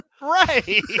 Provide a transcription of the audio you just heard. right